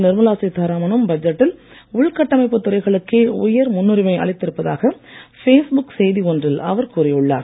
நிர்மலா சீத்தாராமனும் பட்ஜெட்டில் உள்கட்டமைப்பு துறைகளுக்கே உயர்முன்னுரிமை அளித்திருப்பதாக பேஸ்புக் செய்தி ஒன்றில் அவர் கூறியுள்ளார்